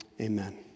Amen